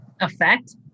effect